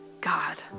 God